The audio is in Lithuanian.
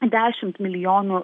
dešimt milijonų